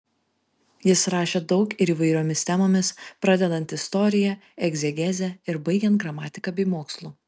jis rašė daug ir įvairiomis temomis pradedant istorija egzegeze ir baigiant gramatika bei mokslu